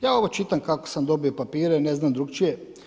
Ja ovo čitam kako sam dobio papire, ne znam drukčije.